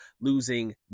losing